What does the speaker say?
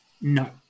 no